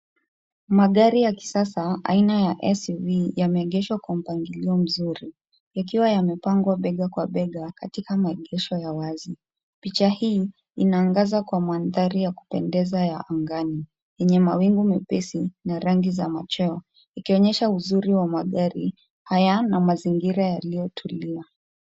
Magari ya kisasa aina ya suvs yameegeshwa kwa mpangilio mzuri yakiwa yamepangwa bega kwa bega katika maegesho ya wazi. Picha hii inaangaza kwa mandhari ya kupendeza ya angani yenye mawingu mepesi na rangi za machweo ikionyesha uzuri wa magari haya na mazingira yaliyotulia.